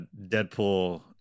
Deadpool